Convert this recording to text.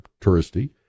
touristy